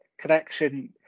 connection